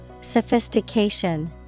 Sophistication